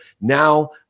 Now